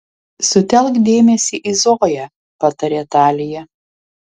sutelk dėmesį į zoją patarė talija